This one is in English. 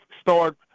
start